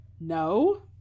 No